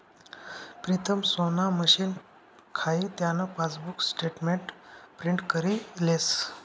प्रीतम सोना मशीन खाई त्यान पासबुक स्टेटमेंट प्रिंट करी लेस